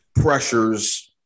pressures